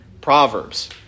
Proverbs